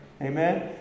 Amen